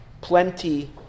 plenty